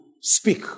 speak